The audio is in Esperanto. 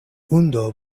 hundo